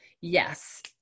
yes